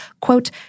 quote